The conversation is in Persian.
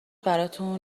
براتون